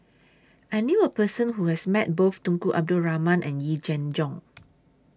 I knew A Person Who has Met Both Tunku Abdul Rahman and Yee Jenn Jong